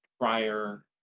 prior